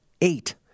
Eight